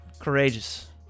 courageous